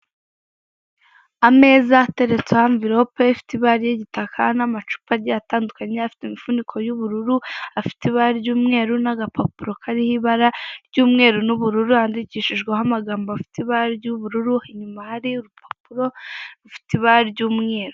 Ameza ateretseho amvilope ifite ibara ry'igitaka n'amacupa agiye atandukanye afite imifuniko y'ubururu, afite ibara ry'umweru n'agapapuro kariho ibara ry'umweru n'ubururu, yandikishijweho amagambo afite ibara ry'ubururu, inyuma hari urupapuro rufite ibara ry'umweru.